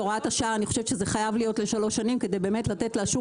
השעה זה חייב להיות לשלוש שנים כדי לתת לשוק